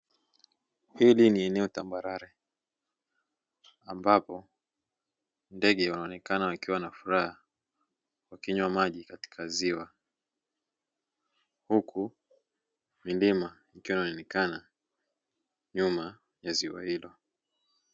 Hili ni eneo tambarare ambapo ndege wanaonekana wakiwa wanafuraha wakinywa maji katika ziwa, huku milima ikiwa inaonekana nyuma ya ziwa hilo.